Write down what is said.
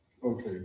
Okay